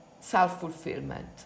self-fulfillment